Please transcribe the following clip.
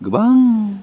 गोबां